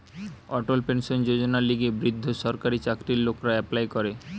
অটল pension যোজনার লিগে বৃদ্ধ সরকারি চাকরির লোকরা এপ্লাই করে